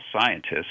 scientists